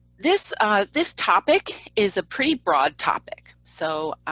this this topic is a pretty broad topic. so,